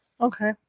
Okay